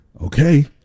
Okay